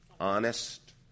Honest